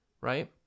right